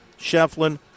Shefflin